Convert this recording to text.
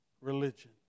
religion